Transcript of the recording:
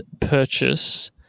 purchase